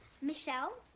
Michelle